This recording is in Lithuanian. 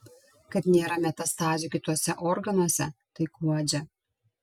kad nėra metastazių kituose organuose tai guodžia